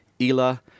Ela